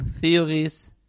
theories